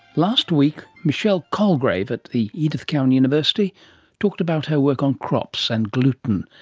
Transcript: last week michelle colgrave at the edith cowan university talked about her work on crops and gluten,